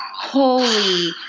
holy